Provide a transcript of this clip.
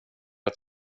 att